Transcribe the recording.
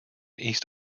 east